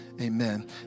amen